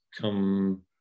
Come